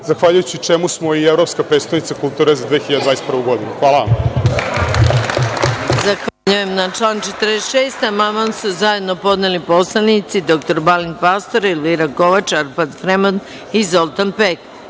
zahvaljujući čemu smo i evropska prestonica kulture za 2021. godinu. Hvala vam.